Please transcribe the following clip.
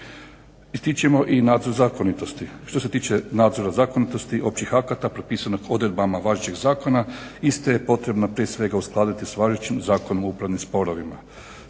Ističemo i nadzor zakonitosti. Što se tiče nadzora zakonitosti, općih akata propisanih odredbama važećih zakona iste je potrebno prije svega uskladiti s važećim Zakonom o upravnim sporovima.